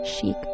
chic